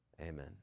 amen